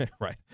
Right